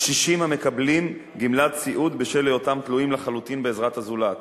קשישים המקבלים גמלת סיעוד בשל היותם תלויים לחלוטין בעזרת הזולת.